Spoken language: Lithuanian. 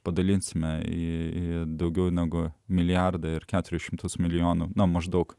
padalinsime į daugiau negu milijardą ir keturis šimtus milijonų nuo maždaug